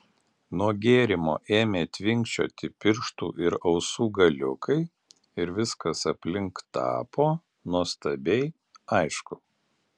nuo gėrimo ėmė tvinkčioti pirštų ir ausų galiukai ir viskas aplink tapo nuostabiai aišku